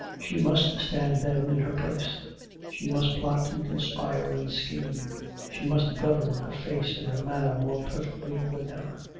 she must stand, then, in her place she must plot and conspire and scheme she must govern her face and her manner more perfectly than ever,